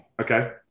Okay